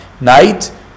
night